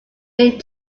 mid